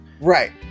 Right